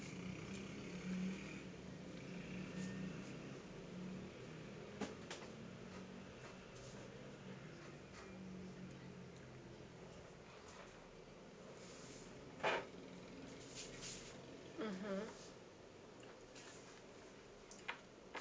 mmhmm